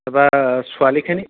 তাৰ পৰা ছোৱালীখিনি